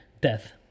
death